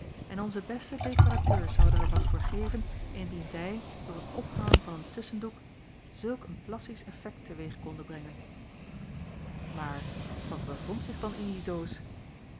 en onze beste dekorateurs zouden er wat voor geven indien zij door het ophalen van een tusschendoek zulk een plastisch effekt te-weeg konden brengen maar wat bevond zich dan in die doos